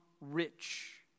rich